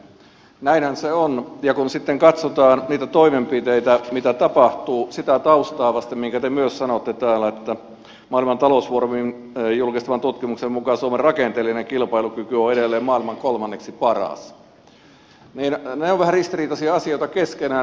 näinhän se on ja kun sitten katsotaan niitä toimenpiteitä mitä tapahtuu sitä taustaa vasten minkä te myös sanoitte täällä että maailman talousfoorumin julkistaman tutkimuksen mukaan suomen rakenteellinen kilpailukyky on edelleen maailman kolmanneksi paras niin ne ovat vähän ristiriitaisia asioita keskenään